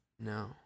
No